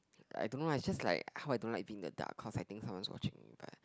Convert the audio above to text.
I don't lah just like how I don't like being a duck cause I think someone watching you